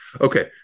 Okay